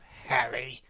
harry!